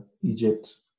Egypt